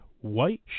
white